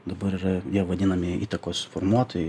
dabar yra jie vadinami įtakos formuotojai